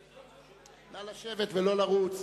נתקבל.